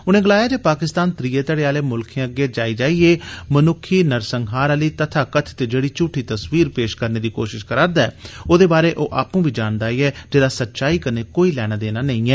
उनें गलाया जे पाकिस्तान त्रीये धड़े आलें मुल्खें अग्गे जाई जाई मन्क्खी नरसंहार आली तथा कथित जेड़ी झूठी तसवीर पेश करने दी कोशिश करा रदा ऐ ओदे बारै ओ आपू बी जान्दा ऐ जेदा सच्चाई कन्नै कोई लैना देना नेई ऐ